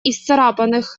исцарапанных